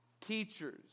teachers